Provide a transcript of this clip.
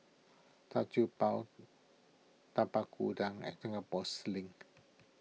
Char Siew Bao Tapak Kuda and Singapore Sling